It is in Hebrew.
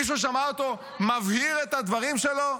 מישהו שמע אותו מבהיר את הדברים שלו?